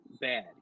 bad